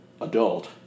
adult